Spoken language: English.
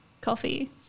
coffee